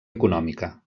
econòmica